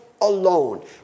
alone